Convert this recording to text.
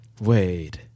wait